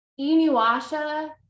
inuasha